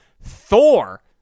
Thor